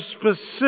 specific